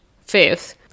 fifth